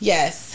Yes